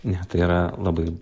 ne tai yra labai